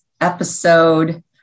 episode